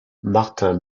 martin